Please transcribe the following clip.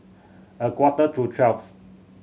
a quarter to twelve